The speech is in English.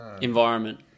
Environment